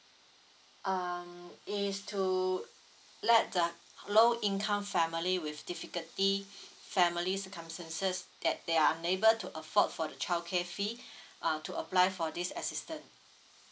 um is to let the low income family with difficulty family circumstances that they are unable to afford for the childcare fee uh to apply for this assistant